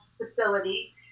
facility